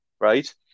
right